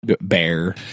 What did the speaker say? bear